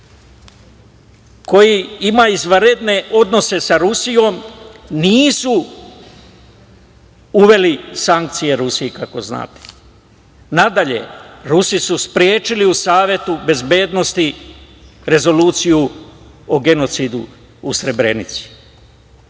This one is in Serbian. koji ima izvanredne odnose sa Rusijom, nisu uveli sankcije Rusiji, kao što znate. Nadalje, Rusi su sprečili u Savetu bezbednosti Rezoluciji o genocidu u Srebrenici.